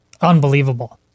Unbelievable